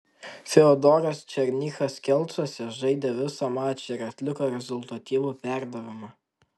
fiodoras černychas kelcuose žaidė visą mačą ir atliko rezultatyvų perdavimą